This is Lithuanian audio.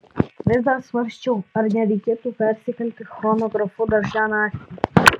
vis dar svarsčiau ar nereikėtų persikelti chronografu dar šią naktį